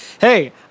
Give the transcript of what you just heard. hey